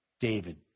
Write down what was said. David